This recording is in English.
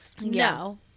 No